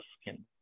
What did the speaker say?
skin